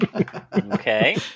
Okay